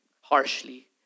harshly